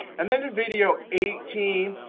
and then in video eighteen,